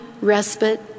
respite